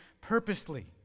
purposely